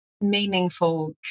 meaningful